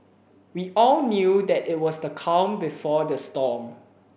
we all knew that it was the calm before the storm